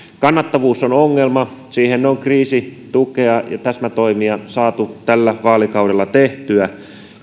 kannattavuus on ongelma siihen on kriisitukea ja täsmätoimia saatu tällä vaalikaudella tehtyä